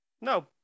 No